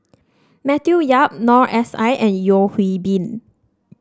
Matthew Yap Noor S I and Yeo Hwee Bin